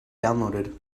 downloaded